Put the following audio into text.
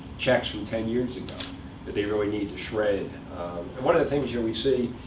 checks from ten years ago that they really need to shred. and one of the things, here, we see,